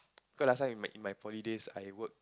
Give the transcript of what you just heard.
cause last time in my my poly days I work in